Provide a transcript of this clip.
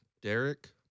Derek